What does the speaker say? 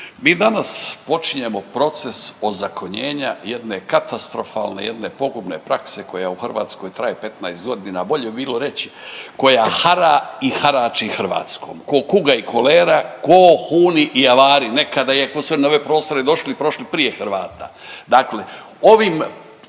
mi danas počinjemo proces ozakonjenja jedne katastrofalne, jedne pogubne prakse koja u Hrvatskoj traje 15 godina, bolje bi bilo reći koja hara i harači Hrvatskom, k'o kuga i kolera, k'o Huni i Avari, nekada je, koji su na ove prostore došli i prošli prije Hrvata, dakle ovim